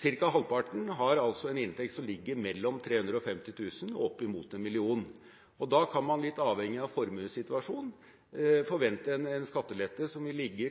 Cirka halvparten har altså en inntekt som ligger mellom 350 000 kr og opp imot 1 mill. kr, og da kan man litt avhengig av formuessituasjonen forvente en skattelette som vil ligge